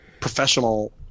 professional